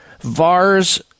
VARS